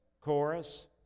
chorus